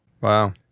Wow